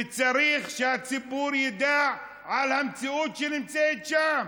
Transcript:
וצריך שהציבור ידע על המציאות שנמצאת שם,